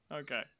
Okay